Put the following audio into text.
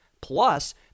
Plus